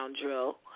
drill